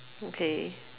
okay